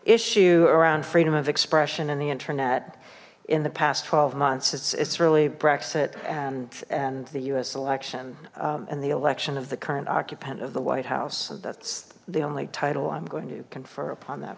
issue around freedom of expression and the internet in the past twelve months it's it's really brexit and and the u s election and the election of the current occupant of the white house that's the only title i'm going to confer upon that